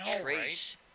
trace